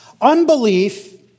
Unbelief